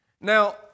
Now